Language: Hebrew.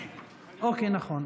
נכון.